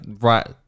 right